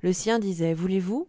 le sien disait voulez-vous